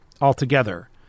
altogether